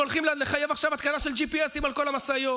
והולכים לחייב עכשיו התקנה של GPS על כל המשאיות.